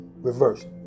reversed